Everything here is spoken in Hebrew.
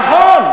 נכון,